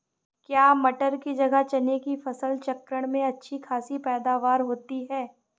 क्या मटर की जगह चने की फसल चक्रण में अच्छी खासी पैदावार होती है?